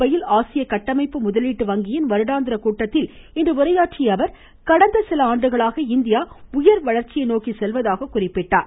மும்பையில் ஆசிய கட்டமைப்பு முதலீட்டு வங்கியின் வருடாந்திர கூட்டத்தில் இன்று உரையாற்றிய அவர் கடந்த சில ஆண்டுகளாக இந்தியா உயர் வளர்ச்சியை நோக்கி செல்வதாகவும் குறிப்பிட்டார்